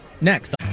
Next